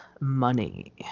money